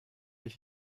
ich